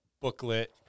booklet